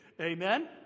Amen